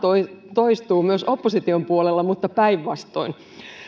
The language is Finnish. toistuu myös opposition puolella mutta päinvastoin